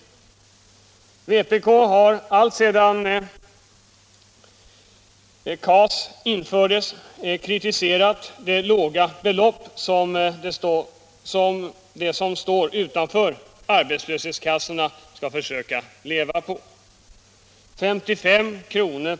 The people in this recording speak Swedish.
Vpk har alltsedan det kontanta arbetsmarknadsstödet infördes kritiserat de låga belopp som de som står utanför arbetslöshetskassorna skall försöka leva på. De 55 kr.